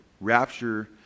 rapture